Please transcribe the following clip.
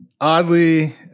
Oddly